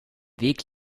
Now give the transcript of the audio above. weg